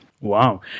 Wow